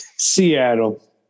Seattle